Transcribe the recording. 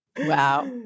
Wow